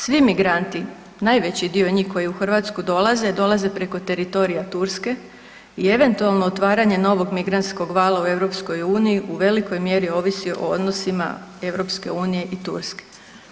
Svi migranti, najveći dio njih koji u Hrvatsku dolaze, dolaze preko teritorija Turske i eventualno otvaranje novog migrantskog vala u EU u velikoj mjeri ovisi o odnosima EU i Turske.